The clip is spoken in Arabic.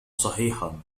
صحيحًا